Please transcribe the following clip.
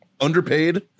underpaid